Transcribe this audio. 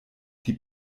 die